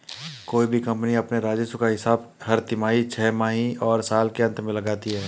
कोई भी कम्पनी अपने राजस्व का हिसाब हर तिमाही, छमाही और साल के अंत में लगाती है